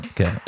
Okay